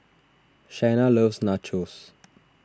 Shaina loves Nachos